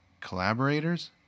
collaborators